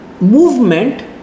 movement